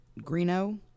Greeno